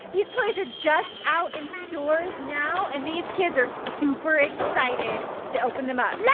these toys are just out in stores now and these kids are super excited to open them up.